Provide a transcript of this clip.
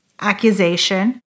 accusation